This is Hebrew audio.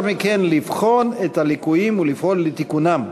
מכן לבחון את הליקויים ולפעול לתיקונם.